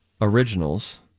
Originals